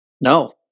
No